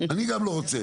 אני גם לא רוצה.